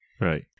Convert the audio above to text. Right